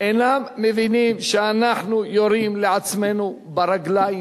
אינם מבינים שאנחנו יורים לעצמנו ברגליים,